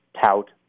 tout